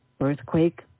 earthquake